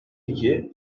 iki